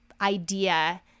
idea